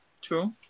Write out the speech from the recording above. true